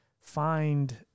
find